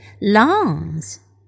Lungs